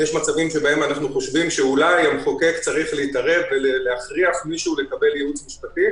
ולא צריך להטיל שום חשש בהקשר הזה.